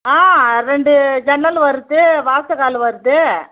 ஆ ரெண்டு ஜன்னல் வருது வாசக்கால் வருது